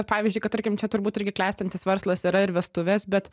pavyzdžiui kad tarkim čia turbūt irgi klestintis verslas yra ir vestuvės bet